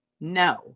no